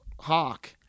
Hawk